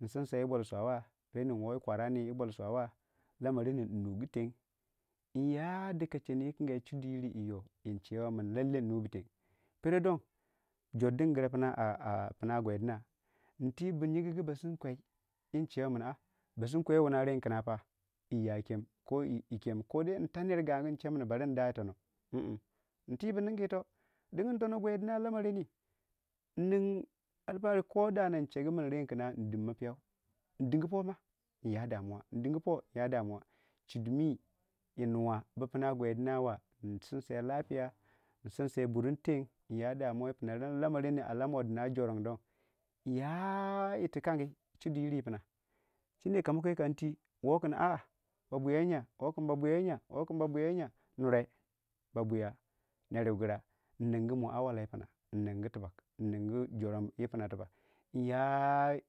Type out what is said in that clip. nsimsai yii bol swawa renni nwooyi kwara ni yii bol swawa lamrenni nnugu teng yii ya dikachenne wukange chudu yiri yii yo wunchewei min lallei nnubu teng perondong jordun gyra pine a'a piina gwiidina ntebu yinguug ba sin kwei wun chewei min a'a basim kwei mi wunna pa renkinna pa yii ya kem ko yii ya kem ko ntanergagu nchemin bari ndayitonno min tibu ningu yiito dingin tonno gwidina lamarenni nning alfa'ari nchegu min renkinna ndimma piiyau ndin poma damuwa chudimi yi nuwa bu pinna gwaidinawa nsinsai damuwa nsinsai burmitenge nya damuwa yi punna lamarenni a lamuwe dina jo rondon ya yiirti kangi chudiyiri yi piina kama kwei kan twii woo kin bwiya woonya wookin bwiya wooaya woukin bwiya woonya nure ba bwiiya nerwugyra nningu <mua'awala> nningi tibbag nningi joram yii piinna tibbag.